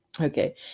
okay